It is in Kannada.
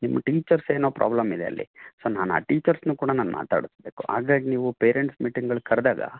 ನಿಮ್ಮ ಟೀಚರ್ಸ್ ಏನೋ ಪ್ರಾಬ್ಲಮ್ ಇದೆ ಅಲ್ಲಿ ಸೋ ನಾನು ಆ ಟೀಚರ್ಸ್ನು ಕೂಡ ನಾನು ಮಾತಾಡಿಸ್ಬೇಕು ಆಗಾಗ ನೀವು ಪೇರೆಂಟ್ಸ್ ಮೀಟಿಂಗಳು ಕರೆದಾಗ